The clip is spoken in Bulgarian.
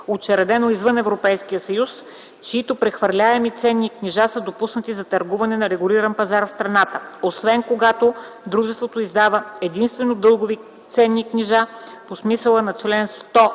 учредено извън Европейския съюз, чиито прехвърляеми ценни книжа са допуснати за търгуване на регулиран пазар в страната, освен когато дружеството издава единствено дългови ценни книжа по смисъла на чл. 100к,